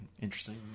interesting